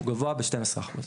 גבוה ב-12%.